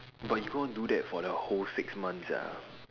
but he go do that for the whole six months sia